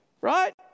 right